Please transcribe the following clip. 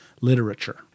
literature